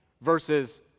versus